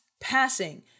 passing